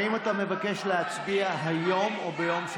האם אתה מבקש להצביע היום או ביום,